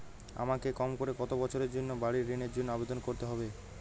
আমাকে কম করে কতো বছরের জন্য বাড়ীর ঋণের জন্য আবেদন করতে হবে?